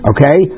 Okay